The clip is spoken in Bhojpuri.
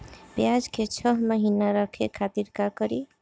प्याज के छह महीना रखे खातिर का करी?